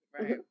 right